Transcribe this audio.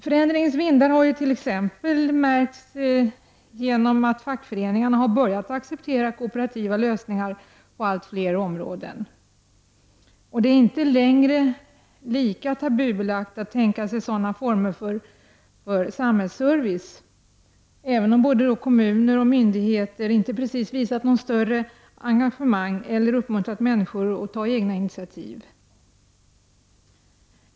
Förändringens vindar har t.ex. märkts genom att fackföreningarna har börjat acceptera kooperativa lösningar på allt fler områden. Det är inte längre lika tabubelagt att tänka sig sådana former för samhällsservice, även om kommuner och myndigheter inte precis har visat något större engagemang eller uppmuntrat människor att ta egna initiativ.